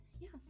yes